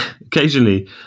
occasionally